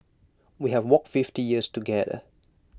we have walked fifty years together